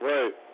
Right